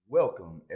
welcome